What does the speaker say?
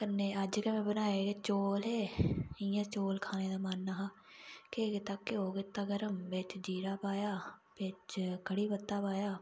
कन्नै अज्ज गै बनाए हे ओह् चौल इंया ते चौल खाने दा मन निहां केह् कीता घ्यो कीता गर्म बिच जीरा पाया बिच कढ़ी पत्ता पाया